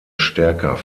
stärker